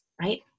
right